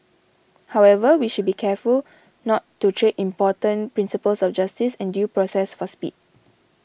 however we should be careful not to trade important principles of justice and due process for speed